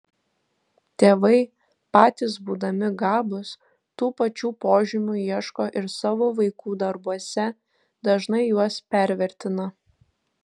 tėvai patys būdami gabūs tų pačių požymių ieško ir savo vaikų darbuose dažnai juos pervertina